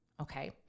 Okay